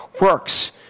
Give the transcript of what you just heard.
works